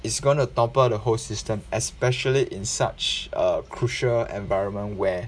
it's gonna topple the whole system especially in such a crucial environment where